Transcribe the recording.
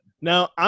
Now